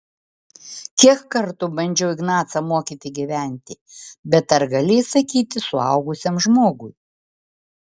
kiek kartų bandžiau ignacą mokyti gyventi bet ar gali įsakyti suaugusiam žmogui